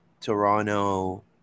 Toronto